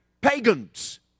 pagans